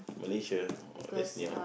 Malaysia oh that's near